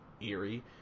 eerie